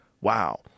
Wow